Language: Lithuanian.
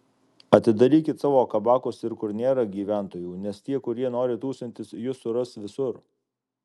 atidarykit savo kabakus ir kur nėra gyventojų nes tie kurie nori tūsintis jus suras visur